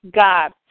God